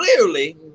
clearly